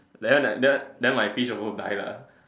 that that that that one my fish also die lah